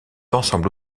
ensemble